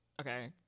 okay